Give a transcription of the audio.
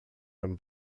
him